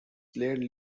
played